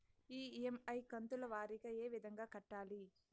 EMI కంతుల వారీగా ఏ విధంగా కట్టాలి